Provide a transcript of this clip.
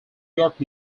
york